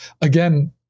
Again